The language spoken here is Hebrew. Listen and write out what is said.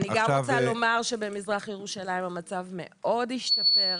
לומר שבמזרח ירושלים המצב מאוד השתפר.